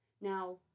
Now